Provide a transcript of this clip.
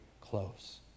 close